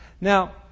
Now